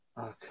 Okay